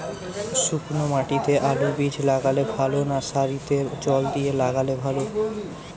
শুক্নো মাটিতে আলুবীজ লাগালে ভালো না সারিতে জল দিয়ে লাগালে ভালো?